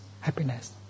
happiness